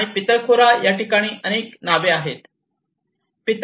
Deshpande आणि पितळखोरा या ठिकाणी अनेक नावे आहेत